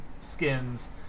skins